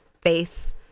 faith